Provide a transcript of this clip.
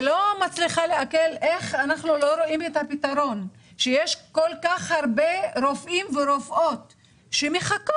מצליחה לעכל איך אנחנו לא רואים שיש כל כך הרבה רופאים ורופאות שמחכים,